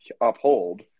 uphold